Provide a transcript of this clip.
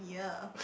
yeah